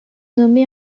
nommée